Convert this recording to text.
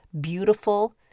beautiful